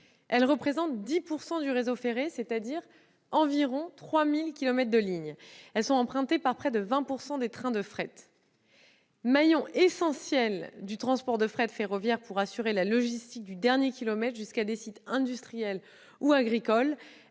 Elles représentent 10 % du réseau ferré, c'est-à-dire environ 3 000 kilomètres de lignes. Elles sont empruntées par près de 20 % des trains de fret. Maillon essentiel du transport de fret ferroviaire pour assurer la logistique du dernier kilomètre jusqu'à des sites industriels ou agricoles,